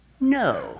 no